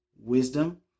wisdom